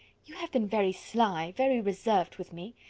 you have been very sly, very reserved with me.